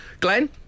Glenn